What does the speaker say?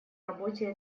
работе